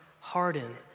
harden